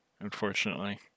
unfortunately